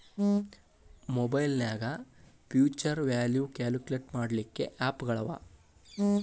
ಮಒಬೈಲ್ನ್ಯಾಗ್ future value calculate ಮಾಡ್ಲಿಕ್ಕೆ app ಗಳವ